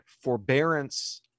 forbearance